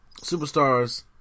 superstars